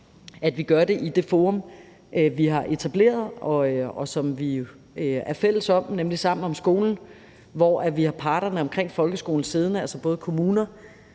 at vi gør det i det forum, vi har etableret, og som vi jo er fælles om, nemlig »Sammen om skolen«, hvor vi har parterne omkring folkeskolen siddende, altså både kommuner,